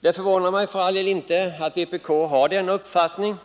Det förvånar mig för all del inte att vpk har den inställningen.